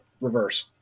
reverse